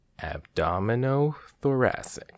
Abdominothoracic